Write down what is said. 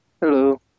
Hello